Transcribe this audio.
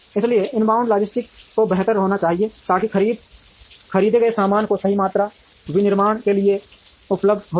इसलिए inbound logistics को बेहतर होना चाहिए ताकि खरीदे गए सामानों की सही मात्रा विनिर्माण के लिए उपलब्ध हो सके